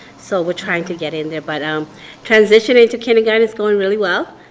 so we're trying to get in there but um transitioning to kindergarten is going really well.